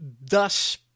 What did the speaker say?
thus